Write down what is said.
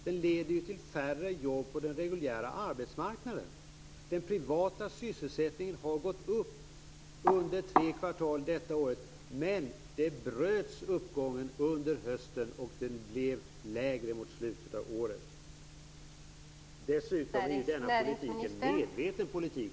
Den leder ju till färre jobb på den reguljära arbetsmarknaden. Den privata sysselsättningen har ökat under tre kvartal förra året, men uppgången bröts under hösten och sysselsättningen blev lägre mot slutet av året. Dessutom säger ministern att denna politik är en medveten politik.